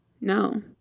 No